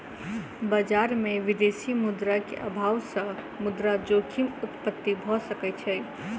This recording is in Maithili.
बजार में विदेशी मुद्रा के अभाव सॅ मुद्रा जोखिम उत्पत्ति भ सकै छै